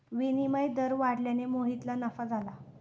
विनिमय दर वाढल्याने मोहितला नफा झाला